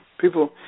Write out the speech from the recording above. people